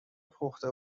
پخته